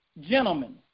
gentlemen